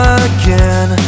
again